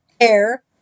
air